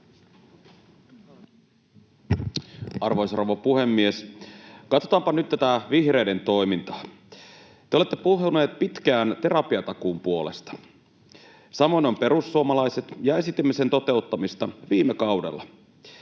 Arvoisa rouva puhemies! Katsotaanpa nyt tätä vihreiden toimintaa. Te olette puhuneet pitkään terapiatakuun puolesta. Samoin ovat perussuomalaiset, ja esitimme sen toteuttamista viime kaudella.